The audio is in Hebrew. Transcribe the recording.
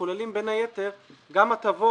הכסף הזה כולל בין היתר גם הטבות